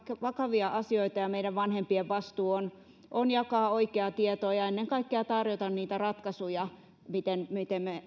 vakavia asioita ja meidän vanhempien vastuu on on jakaa oikeaa tietoa ja ennen kaikkea tarjota niitä ratkaisuja miten miten